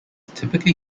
typically